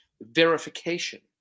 verification